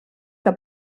que